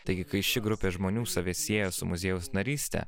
taigi kai ši grupė žmonių save sieja su muziejaus naryste